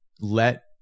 Let